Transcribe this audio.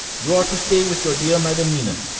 you are to stay with your dear madam mina.